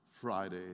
Friday